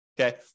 okay